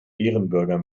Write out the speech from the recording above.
ehrenbürger